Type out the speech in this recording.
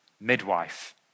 midwife